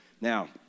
Now